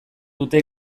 dute